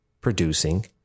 producing